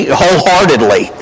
wholeheartedly